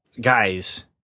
guys